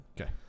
Okay